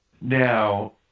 Now